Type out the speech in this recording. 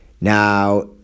Now